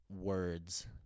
words